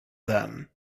then